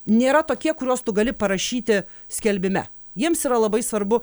nėra tokie kuriuos tu gali parašyti skelbime jiems yra labai svarbu